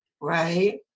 Right